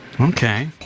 Okay